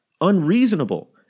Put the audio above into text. unreasonable